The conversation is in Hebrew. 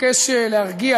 מבקש להרגיע.